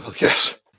Yes